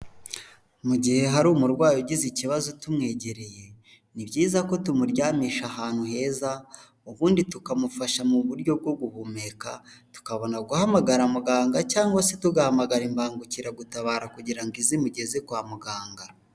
Mu gihe hari umurwayi ugize ikibazo tumwegereye, ni byiza ko tumuryamisha ahantu heza, ubundi tukamufasha mu buryo bwo guhumeka, tukabona guhamagara muganga cyangwa se tugahamagara imbangukiragutabara kugira ngo ize imugeze kwa muganga.